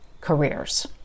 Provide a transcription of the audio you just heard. careers